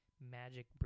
magic